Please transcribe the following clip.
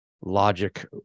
logic